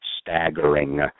staggering